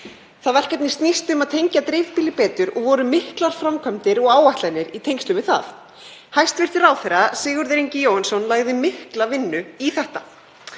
Það verkefni snýst um að tengja dreifbýli betur og voru miklar framkvæmdir og áætlanir í tengslum við það. Hæstv. ráðherra, Sigurður Ingi Jóhannsson, lagði mikla vinnu í þetta.